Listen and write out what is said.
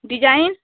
design